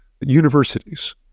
universities